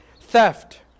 theft